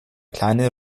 kleine